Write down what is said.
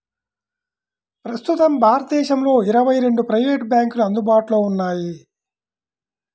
ప్రస్తుతం భారతదేశంలో ఇరవై రెండు ప్రైవేట్ బ్యాంకులు అందుబాటులో ఉన్నాయి